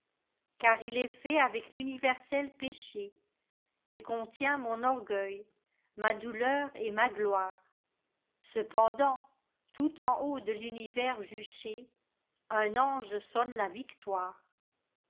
car il est fait avec l'universel péché et contient mon orgueil ma douleur et ma gloirei cependant tout en haut de l'univers juché un ange sonne la victoire